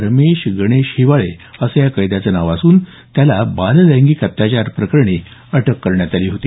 रमेश गणेश हिवाळे असं या कैद्याचं नाव असून त्याला बाललैंगिक अत्याचार प्रकरणीत अटक करण्यात आली होती